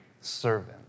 servant